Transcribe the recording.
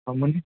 हा म्हणजे